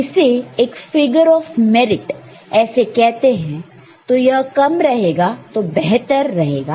तो इसे एक फिगर ऑफ मेरिट इसे कहते हैं तो यह कम रहेगा तो बेहतर रहेगा